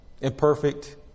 imperfect